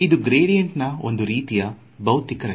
ಇದು ಗ್ರೇಡಿಯಂಟ್ ನಾ ಒಂದು ರೀತಿಯ ಬೌತಿಕ ರಚನೆ